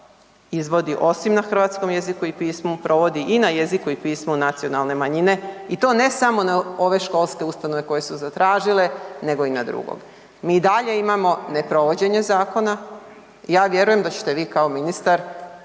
izvodi osim na hrvatskom jeziku i pismu, provodi i na jeziku i pismu nacionalne manjine i to ne samo na ove školske ustanove koje su zatražile nego i na drugog. Mi i dalje imamo neprovođenje zakona, ja vjerujem da ćete vi kao ministar